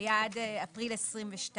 היה עד אפריל 22'